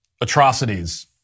atrocities